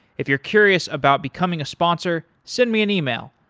if you're curious about becoming a sponsor, send me an email,